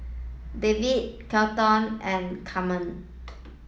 David Kelton and Camren